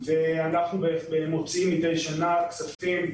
אנחנו מוציאים מידי שנה כספים,